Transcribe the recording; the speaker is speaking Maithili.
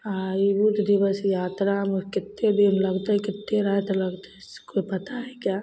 आओर ई बहुदिवस यात्रामे कत्ते दिन लगतइ कते राति लगतइ से कोइ पता हइ क्या